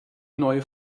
neue